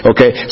Okay